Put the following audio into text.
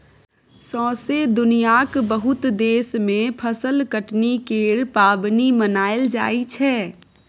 सौसें दुनियाँक बहुत देश मे फसल कटनी केर पाबनि मनाएल जाइ छै